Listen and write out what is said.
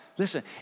Listen